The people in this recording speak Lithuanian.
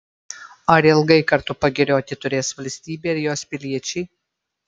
ar ilgai kartu pagirioti turės valstybė ir jos piliečiai